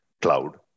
cloud